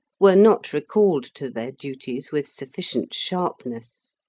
were not recalled to their duties with sufficient sharpness.